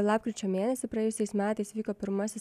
lapkričio mėnesį praėjusiais metais vyko pirmasis